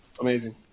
Amazing